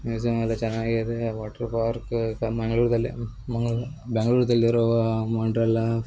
museum ಎಲ್ಲ ಚೆನ್ನಾಗಿದೆ water park ಮಂಗ್ಳೂರಲ್ಲಿ ಮಂಗ್ಳೂರು ಬ್ಯಾಂಗ್ಳೂರಲ್ಲಿರುವ ವಂಡ್ರಲಾ